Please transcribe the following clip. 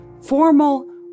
formal